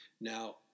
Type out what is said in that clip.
Now